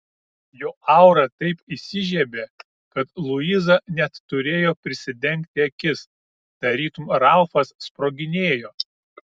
jo aura taip įsižiebė kad luiza net turėjo prisidengti akis tarytum ralfas sproginėjo